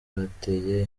bateye